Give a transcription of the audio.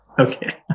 Okay